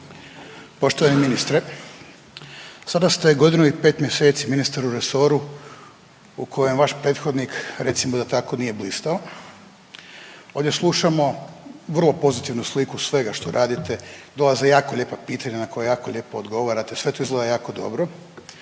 Poštovani ministre, sada ste godinu i pet mjeseci ministar u resoru u kojem vaš prethodnik recimo da tako nije blistao. Ovdje slušamo vrlo pozitivnu sliku svega što radite, dolaze jako lijepa pitanja na koja jako lijepo odgovarate, sve to izgleda jako dobro,